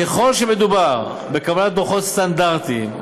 ככל שמדובר בקבלת דוחות סטנדרטיים,